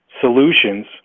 solutions